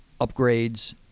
upgrades